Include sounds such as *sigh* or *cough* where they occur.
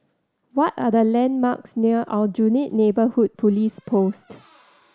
what are the landmarks near Aljunied Neighbourhood Police Post *noise*